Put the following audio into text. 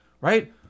right